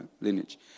lineage